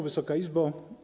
Wysoka Izbo!